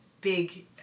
big